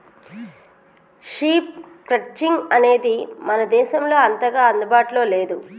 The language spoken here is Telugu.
షీప్ క్రట్చింగ్ అనేది మన దేశంలో అంతగా అందుబాటులో లేదు